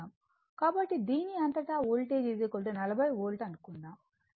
కాబట్టి దీని అంతటా వోల్టేజ్ 40 వోల్ట్ అనుకుందాం